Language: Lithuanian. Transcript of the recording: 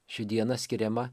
ši diena skiriama